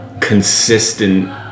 consistent